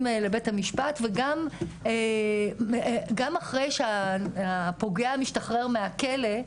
לבית המשפט וגם אחרי שהפוגע משתחרר מהכלא,